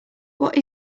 what